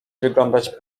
wyglądać